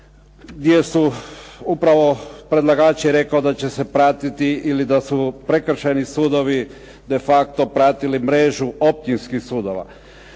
gdje su upravo predlagač je rekao da će se pratiti ili da su prekršajni sudovi de facto pratili mrežu općinskih sudova.